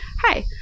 Hi